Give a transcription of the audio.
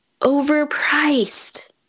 overpriced